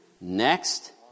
Next